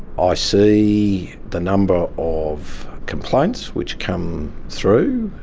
i see the number of complaints which come through,